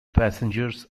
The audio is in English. passengers